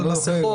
על מסכות.